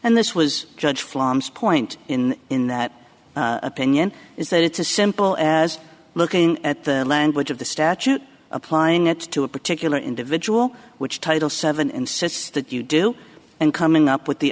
and this was judge flops point in in that opinion is that it's as simple as looking at the language of the statute applying it to a particular individual which title seven insists that you do and coming up with the